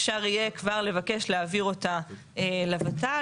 אפשר יהיה כבר לבקש להעביר אותה לוות"ל